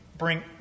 bring